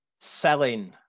Selling